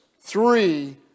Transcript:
three